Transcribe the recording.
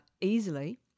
easily